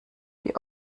die